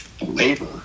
labor